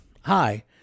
Hi